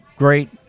great